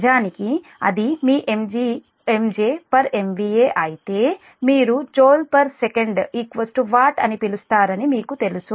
నిజానికి అది మీ MJ MVA అయితే మీరు జోల్ సెకండ్ వాట్ అని పిలుస్తారని మీకు తెలుసు